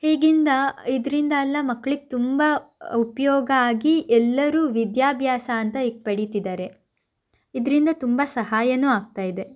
ಹೀಗಿಂದ ಇದರಿಂದ ಎಲ್ಲ ಮಕ್ಕಳಿಗೆ ತುಂಬ ಉಪಯೋಗ ಆಗಿ ಎಲ್ಲರೂ ವಿದ್ಯಾಭ್ಯಾಸ ಅಂತ ಈಗ ಪಡೀತಿದ್ದಾರೆ ಇದರಿಂದ ತುಂಬ ಸಹಾಯವೂ ಆಗ್ತಾ ಇದೆ